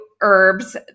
herbs